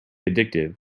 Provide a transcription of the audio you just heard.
addictive